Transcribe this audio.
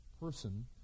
person